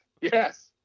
Yes